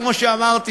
כמו שאמרתי,